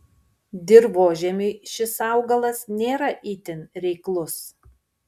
dirvožemiui šis augalas nėra itin reiklus